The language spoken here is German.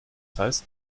heißt